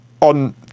on